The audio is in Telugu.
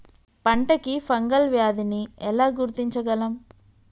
పంట కి ఫంగల్ వ్యాధి ని ఎలా గుర్తించగలం?